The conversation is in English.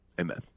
amen